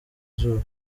izuba